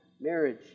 marriage